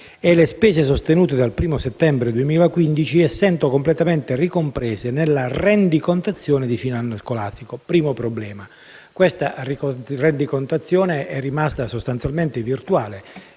le spese sostenute dal primo settembre 2015 completamente ricomprese nella rendicontazione di fine anno scolastico. Pertanto il primo problema è che questa rendicontazione è rimasta sostanzialmente virtuale